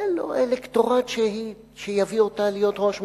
זה לא אלקטורט שיביא אותה להיות ראש ממשלה.